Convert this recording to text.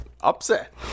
Upset